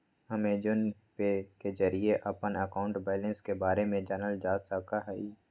Amazon Pay के जरिए अपन अकाउंट बैलेंस के बारे में जानल जा सका हई